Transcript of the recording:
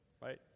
Right